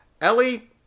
Ellie